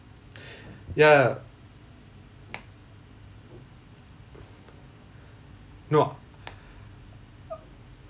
ya no